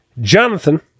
Jonathan